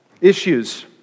issues